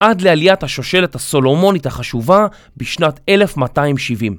עד לעליית השושלת הסולומונית החשובה בשנת 1270.